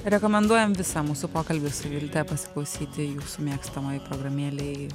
rekomenduojam visą mūsų pokalbį su vilte pasiklausyti jūsų mėgstamoj programėlėj